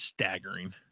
staggering